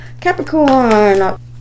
Capricorn